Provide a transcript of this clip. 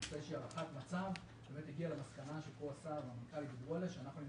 איזו שהיא הערכת מצב שהגיעה למסקנה שאנחנו נמצאים